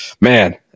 Man